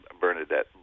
Bernadette